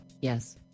Yes